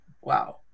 Wow